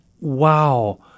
wow